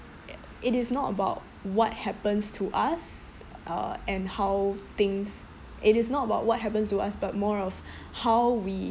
it is not about what happens to us uh and how things it is not about what happens to us but more of how we